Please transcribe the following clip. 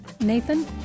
Nathan